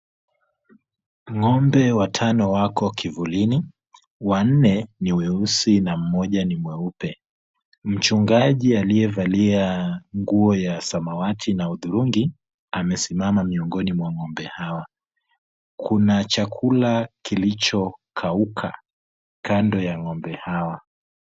Ng'ombe watano wako kivulini, wanne ni weusi na mmoja ni mweupe. Mchungaji aliyevalia nguo ya samawati na hudhurungi amesimama miongoni mwa ng'ombe hawa. Kuna chakula kilicho kauka kando ya ng'ombe hawa.